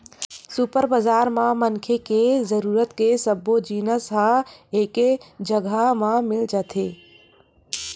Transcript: super बजार म मनखे के जरूरत के सब्बो जिनिस ह एके जघा म मिल जाथे